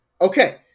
Okay